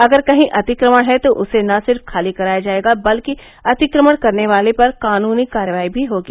अगर कहीं अतिक्रमण है तो उसे न सिर्फ खाली कराया जाएगा बल्कि अतिक्रमण करने वाले पर कानूनी कार्रवाई भी होगी